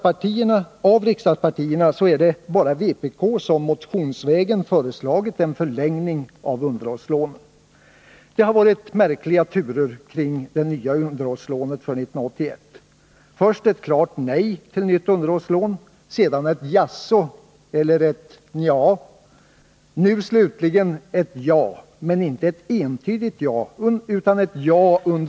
Av riksdagspartierna är det bara vpk som motionsvägen föreslagit en förlängning av underhållslånen. Det har varit märkliga turer kring det nya underhållslånet för 1981. Först ett klart nej till nytt underhållslån, sedan ett jaså eller ett njaa. Nu slutligen ett ja, men inte ett entydigt ja utan ett ja ur.